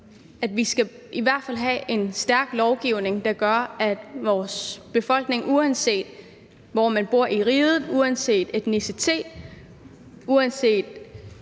at vi i hvert fald skal have en stærk lovgivning, der gør, at uanset hvor man bor i riget, uanset etnicitet, og uanset